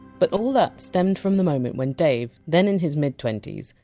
but all that stemmed from the moment when dave, then in his mid twenty s,